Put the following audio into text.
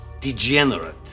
degenerate